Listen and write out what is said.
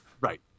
Right